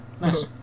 nice